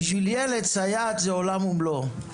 בשביל ילד, סייעת זה עולם ומלואו.